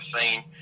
seen